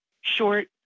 short